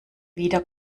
wieder